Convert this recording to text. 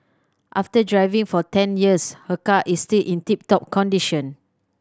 after driving for ten years her car is still in tip top condition